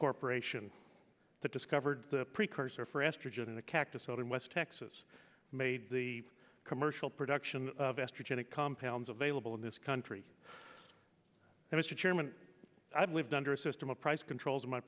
corporation that discovered the precursor for estrogen in the cactus out in west texas made the commercial production of estrogenic compounds available in this country and its chairman i've lived under a system of price controls in my